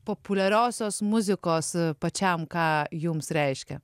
populiariosios muzikos pačiam ką jums reiškia